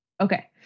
Okay